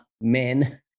men